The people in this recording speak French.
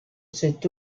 cet